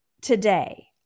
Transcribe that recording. today